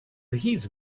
his